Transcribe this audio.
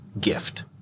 gift